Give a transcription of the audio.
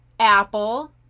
apple